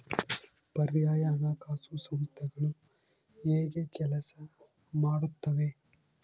ಪರ್ಯಾಯ ಹಣಕಾಸು ಸಂಸ್ಥೆಗಳು ಹೇಗೆ ಕೆಲಸ ಮಾಡುತ್ತವೆ?